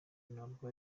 ntabwo